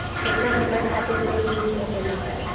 केतना समय खातिर लोन मिल सकेला?